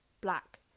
black